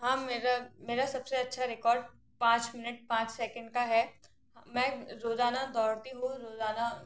हाँ मेरा मेरा सबसे अच्छा रेकौर्ड पाँच मिनट पाँच सैकेंड का है मैं रोजाना दौड़ती हूँ रोजाना